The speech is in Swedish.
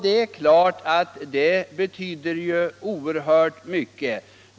Det är klart att det betyder oerhört mycket.